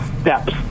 steps